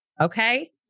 Okay